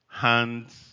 hands